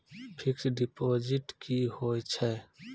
Fixed deposit की होय छै?